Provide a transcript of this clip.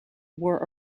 were